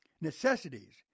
necessities